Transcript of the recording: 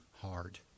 hard